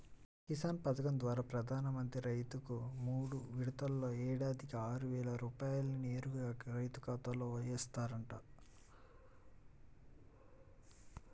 కిసాన్ పథకం ద్వారా ప్రధాన మంత్రి రైతుకు మూడు విడతల్లో ఏడాదికి ఆరువేల రూపాయల్ని నేరుగా రైతు ఖాతాలో ఏస్తారంట